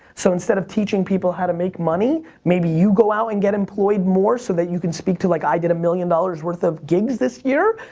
so instead of teaching people how to make money, maybe you go out and get employed more so that you can speak to, like, i did a million dollars worth of gigs this year.